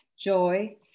joy